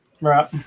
Right